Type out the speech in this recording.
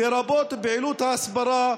לרבות פעילות ההסברה,